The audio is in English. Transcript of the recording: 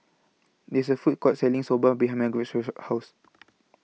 There's A Food Court Selling Soba behind Margarett's House